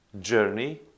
journey